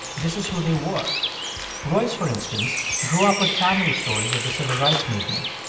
this is who they were royce, for instance, grew up with family stories of the civil rights movement.